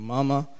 Mama